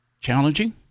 challenging